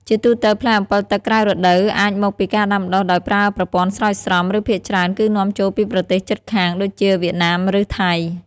ជាទូទៅ ផ្លែអម្ពិលទឹកក្រៅរដូវអាចមកពីការដាំដុះដោយប្រើប្រព័ន្ធស្រោចស្រព ឬភាគច្រើនគឺនាំចូលពីប្រទេសជិតខាងដូចជា វៀតណាម ឬថៃ។